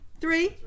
Three